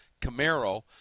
Camaro